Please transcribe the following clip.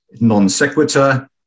non-sequitur